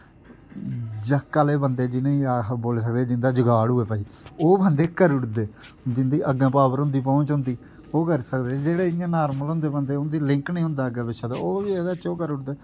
जक्क आह्ले बंदे जि'नेंगी अस बोली सकदे जिंदा जगाड़ होऐ भाई ओह् बंदे करी ओड़दे जिंदी अग्गें पावर होंदी पौंह्च होंदी ओह् करी सकदे जेह्ड़े इ'यां नार्मल होंदे बंदे उं'दी लिंक निं होंदा अग्गें पिच्छें तां ओह् बी एहदे च ओह् करी ओड़दे